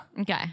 Okay